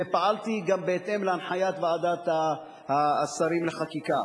ופעלתי גם בהתאם להנחיית ועדת השרים לחקיקה.